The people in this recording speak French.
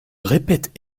répètent